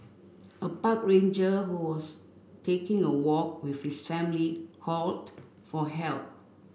a park ranger who was taking a walk with his family called for help